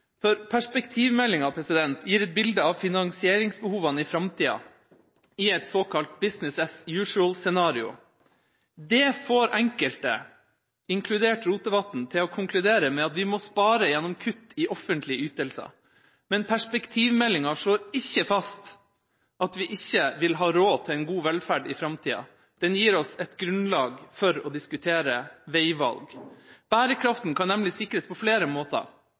for andre. Perspektivmeldinga gir et bilde av finansieringsbehovene i framtida, i et såkalt «business as usual»-scenario. Det får enkelte, inkludert Rotevatn, til å konkludere med at vi må spare gjennom kutt i offentlige ytelser. Men perspektivmeldinga slår ikke fast at vi ikke vil ha råd til en god velferd i framtida, den gir oss et grunnlag for å diskutere veivalg. Bærekraften kan nemlig sikres på flere måter